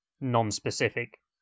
non-specific